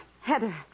Heather